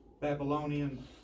Babylonian